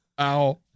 Ow